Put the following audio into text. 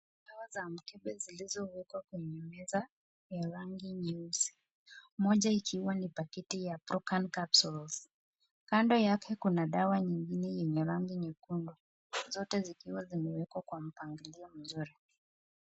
Dawa za mkebe zilizowekwa kwenye meza ya rangi nyeusi moja ikiwa ni pakiti ya Procan Capsules . Kando yake kuna dawa nyingine yenye rangi nyekundu zote zikiwa zimewekwa kwa mpangilio mzuri.